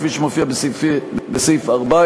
כפי שמופיע בסעיף 14,